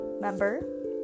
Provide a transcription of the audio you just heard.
member